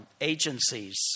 agencies